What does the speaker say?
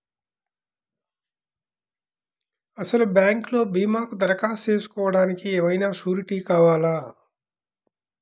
అసలు బ్యాంక్లో భీమాకు దరఖాస్తు చేసుకోవడానికి ఏమయినా సూరీటీ కావాలా?